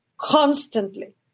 constantly